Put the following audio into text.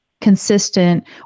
consistent